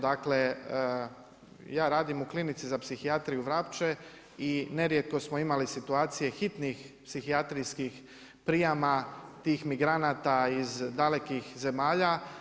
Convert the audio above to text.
Dakle, ja radim u Klinici za psihijatriju Vrapče i nerijetko smo imali situacije hitnih psihijatrijskih prijama tih migranata iz dalekih zemalja.